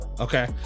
okay